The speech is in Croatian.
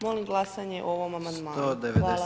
Molim glasanje o ovom amandmanu.